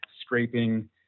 scraping